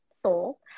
soul